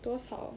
多少